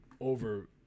over